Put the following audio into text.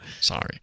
Sorry